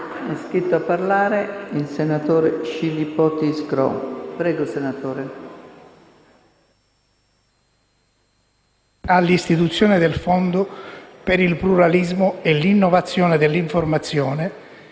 Istituire il Fondo per il pluralismo e l'innovazione dell'informazione